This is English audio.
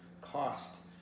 cost